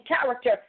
character